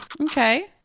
Okay